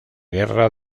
guerra